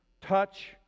touch